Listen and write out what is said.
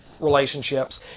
relationships